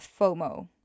FOMO